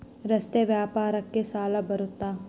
ರಸ್ತೆ ವ್ಯಾಪಾರಕ್ಕ ಸಾಲ ಬರುತ್ತಾ?